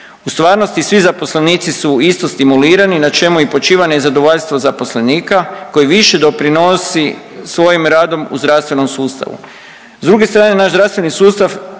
U stvarnosti svi zaposlenici su isto stimulirani na čemu i počiva nezadovoljstvo zaposlenika koji više doprinosi svojim radom u zdravstvenom sustavu.